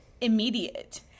immediate